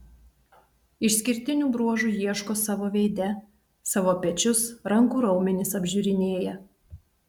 išskirtinių bruožų ieško savo veide savo pečius rankų raumenis apžiūrinėja